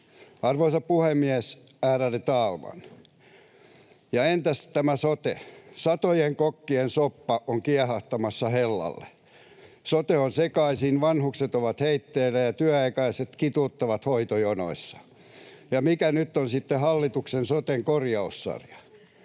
Arvoisa puhemies, ärade talman! Ja entäs tämä sote? Satojen kokkien soppa on kiehahtamassa hellalle. Sote on sekaisin, vanhukset ovat heitteillä, ja työikäiset kituuttavat hoitojonoissa. Ja mikä nyt on sitten hallituksen soten korjaussarja?